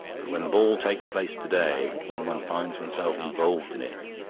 but when the ball takes place to-day, when one finds oneself involved in it,